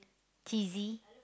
cheesy